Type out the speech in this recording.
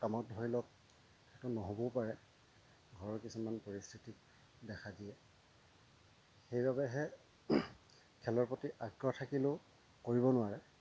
কামত ধৰি লওক সেইটো নহ'বও পাৰে ঘৰৰ কিছুমান পৰিস্থিতি দেখা দিয়ে সেইবাবেহে খেলৰ প্ৰতি আগ্ৰহ থাকিলেও কৰিব নোৱাৰে